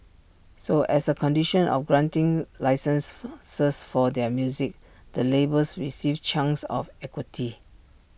so as A condition of granting licences for their music the labels received chunks of equity